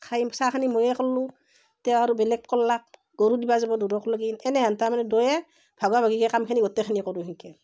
খাই চাহখিনি ময়ে কৰিলোঁ তেওঁ আৰু বেলেগ কৰলাক গৰু দিবা যাব দূৰক লেগি এনেহান তাৰমানে দুয়ে ভাগা ভাগিকে কামখিনি গোটেইখিনি কৰোঁ তেনেকে